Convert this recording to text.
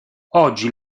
oggi